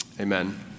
Amen